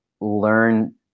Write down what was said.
learn